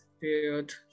period